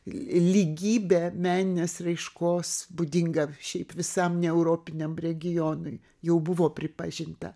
lygybė meninės raiškos būdinga šiaip visam europiniam regionui jau buvo pripažinta